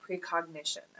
precognition